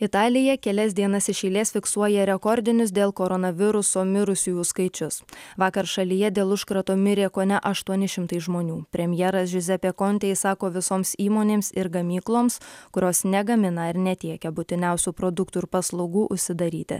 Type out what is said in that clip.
italija kelias dienas iš eilės fiksuoja rekordinius dėl koronaviruso mirusiųjų skaičius vakar šalyje dėl užkrato mirė kone aštuoni šimtai žmonių premjeras džiuzepė kontė sako visoms įmonėms ir gamykloms kurios negamina ir netiekia būtiniausių produktų ir paslaugų užsidaryti